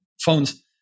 phones